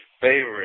favorite